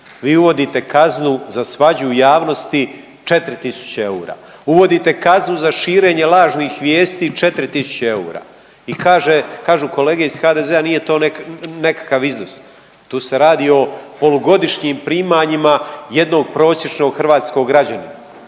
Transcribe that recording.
vi uvodite kaznu za svađu u javnosti 4 tisuće eura, uvodite kaznu za širenje lažnih vijesti 4 tisuće eura i kaže, kažu kolege iz HDZ-a nije to nekakav iznos. Tu se radi o polugodišnjim primanjima jednog prosječnog hrvatskog građanina,